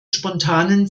spontanen